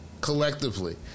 collectively